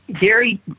Gary